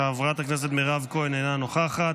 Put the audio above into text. חברת הכנסת מירב כהן, אינה נוכחת.